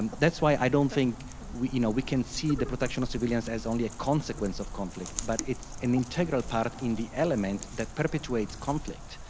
that's why i don't think we you know we can see the protection of civilians as only a consequence of conflict, but it's an integral part in the element that perpetuates conflict,